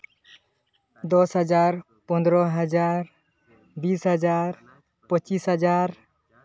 ᱫᱚᱥ ᱦᱟᱡᱟᱨ ᱯᱚᱱᱮᱨᱚ ᱦᱟᱡᱟᱨ ᱵᱤᱥ ᱦᱟᱡᱟᱨ ᱯᱚᱸᱪᱤᱥ ᱦᱟᱡᱟᱨ